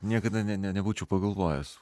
niekada ne ne nebūčiau pagalvojęs